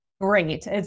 Great